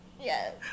Yes